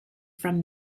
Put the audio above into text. from